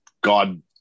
God